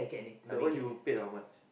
the one you pay how much